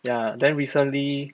ya then recently